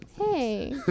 Hey